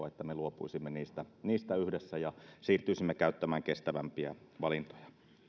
että me luopuisimme niistä niistä yhdessä ja siirtyisimme käyttämään kestävämpiä valintoja